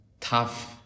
tough